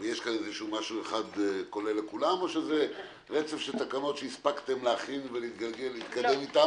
יש משהו כולל לכולם או זה רצף של תקנות שהספקתם להכין ולהתקדם אתן